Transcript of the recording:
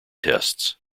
tests